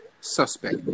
suspect